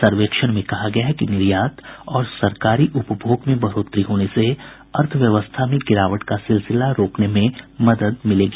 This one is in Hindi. सर्वेक्षण में कहा गया है कि निर्यात और सरकारी उपभोग में बढ़ोतरी होने से अर्थव्यवस्था में गिरावट का सिलसिला रोकने में मदद मिलेगी